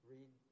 Read